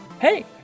hey